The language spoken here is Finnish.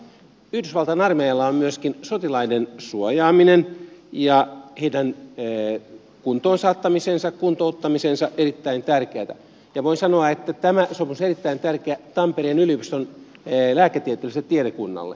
mutta yhdysvaltain armeijalle on myöskin sotilaiden suojaaminen ja heidän kuntoon saattamisensa kuntouttamisensa erittäin tärkeätä ja voin sanoa että tämä sopimus on erittäin tärkeä tampereen yliopiston lääketieteelliselle tiedekunnalle